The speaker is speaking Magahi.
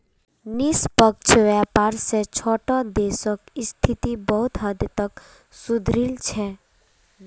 निष्पक्ष व्यापार स छोटो देशक स्थिति बहुत हद तक सुधरील छ